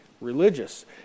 religious